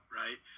right